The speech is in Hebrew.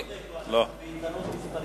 זה לא תיקו, אנחנו ביתרון מספרי.